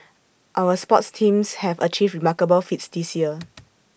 our sports teams have achieved remarkable feats this year